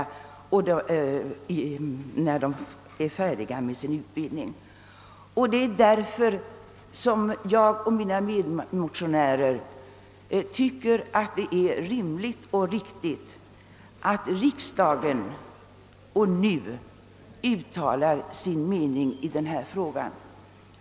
Mina medmotionärer och jag anser det därför rimligt och riktigt att riksdagen nu uttalar sin mening i denna fråga.